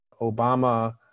Obama